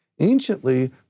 Anciently